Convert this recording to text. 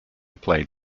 played